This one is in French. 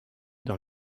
dans